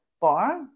bar